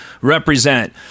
represent